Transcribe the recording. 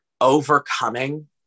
overcoming